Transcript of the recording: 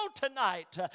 tonight